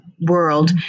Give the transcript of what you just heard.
world